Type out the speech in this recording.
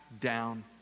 down